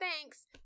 thanks